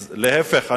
להיפך.